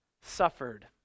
suffered